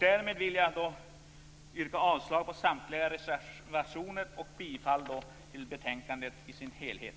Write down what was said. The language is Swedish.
Härmed vill jag yrka avslag på samtliga reservationer och bifall till betänkandet.